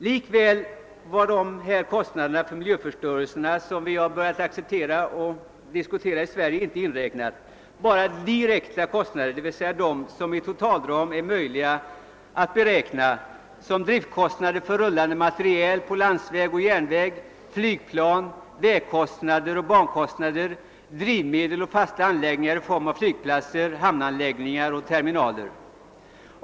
Likväl var de kostnader för miljöförstörelse, som vi börjat diskutera här i Sverige, inte inräknade, utån bara de direkta kostnaderna, dvs. de som i en totalram är möjliga att beräkna som driftkostnad för rullande materiel på landsväg och järnväg, flygplan, vägkostnader och bankostnader, drivmedel och fasta anläggningar i form av flygplatser, hamnanläggningar och terminaler.